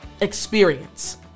experience